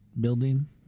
building